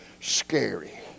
scary